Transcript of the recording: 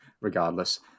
Regardless